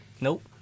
Nope